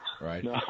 right